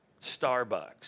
Starbucks